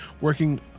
working